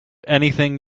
anything